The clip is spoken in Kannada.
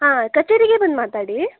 ಹಾಂ ಕಛೇರಿಗೇ ಬಂದು ಮಾತಾಡಿ